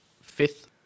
fifth